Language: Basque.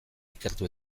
ikertu